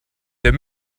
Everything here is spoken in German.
der